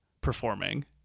performing